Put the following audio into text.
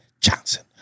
Johnson